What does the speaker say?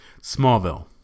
Smallville